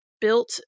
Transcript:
built